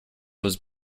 was